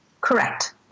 Correct